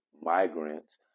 migrants